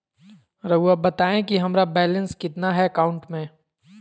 रहुआ बताएं कि हमारा बैलेंस कितना है अकाउंट में?